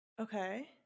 Okay